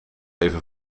even